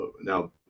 now